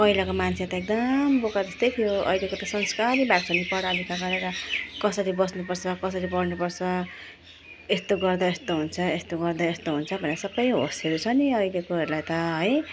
पहिलाको मान्छे त एकदम बोका जस्तै थियो अहिलेको त संस्कारी भएको छ नि पढाइ लेखाइ गरेर कसरी बस्नुपर्छ कसरी पढनुपर्छ यस्तो गर्दा यस्तो हुन्छ यस्तो गर्दा यस्तो हुन्छ भनेर सबै होसहरू छ नि अहिलेकोहरूलाई त है